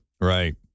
Right